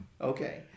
Okay